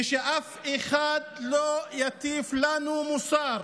ושאף אחד לא יטיף לנו מוסר.